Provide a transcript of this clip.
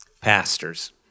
Pastors